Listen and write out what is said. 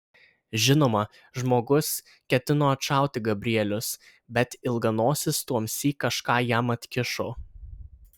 žinoma žmogus ketino atšauti gabrielius bet ilganosis tuomsyk kažką jam atkišo